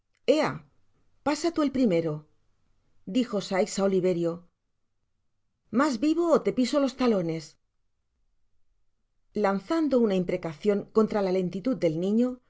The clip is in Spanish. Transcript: pasa tu el primero dijo sikes á oliverio mas vivo ó te piso los talones lanzando una imprecacion contra la lentitud del niño lo